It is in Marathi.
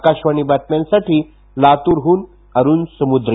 आकाशवाणी बातम्यांसाठी लातूरहून अरूण समुद्रे